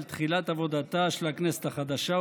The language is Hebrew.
על תחילת עבודתה של הכנסת החדשה.